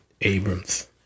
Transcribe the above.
Abrams